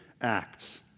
Acts